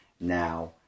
now